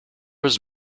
was